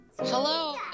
Hello